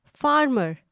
farmer